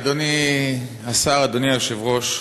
אדוני השר, אדוני היושב-ראש,